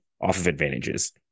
off-of-advantages